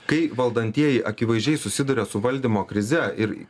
kai valdantieji akivaizdžiai susiduria su valdymo krize ir